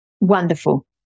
Wonderful